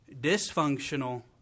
dysfunctional